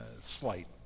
slight